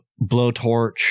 Blowtorch